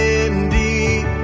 indeed